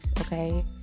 okay